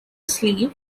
sleeve